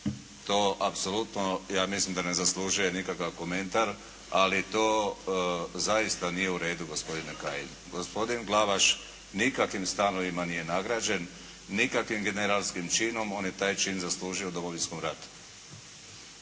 to apsolutno ja mislim da ne zaslužuje nikakav komentar, ali to zaista nije u redu gospodine Kajin. Gospodin Glavaš nikakvim stanovima nije nagrađen, nikakvim generalskim činom, on je taj čin zaslužio u Domovinskom ratu.